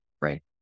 Right